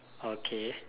okay